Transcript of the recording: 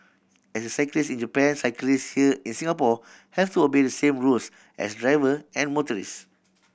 as the cyclists in Japan cyclists here in Singapore have to obey the same rules as driver and motorcyclists